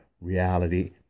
reality